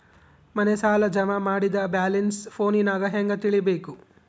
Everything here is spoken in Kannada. ಮನೆ ಸಾಲ ಜಮಾ ಮಾಡಿದ ಬ್ಯಾಲೆನ್ಸ್ ಫೋನಿನಾಗ ಹೆಂಗ ತಿಳೇಬೇಕು?